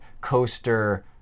coaster